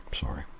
sorry